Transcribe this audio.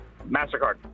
MasterCard